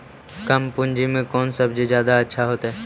कम पूंजी में कौन सब्ज़ी जादा अच्छा होतई?